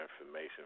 information